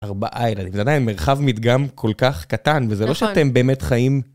ארבעה ילדים, זה עדיין מרחב מדגם כל כך קטן, וזה לא שאתם באמת חיים.